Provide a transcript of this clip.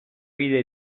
vida